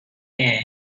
hair